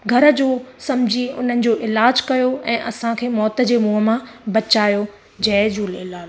घर जो सम्झी उन्हनि जो इलाज कयो ऐं असांखे मौत जे मुंहं मां बचायो जय झूलेलाल